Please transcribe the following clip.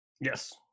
Yes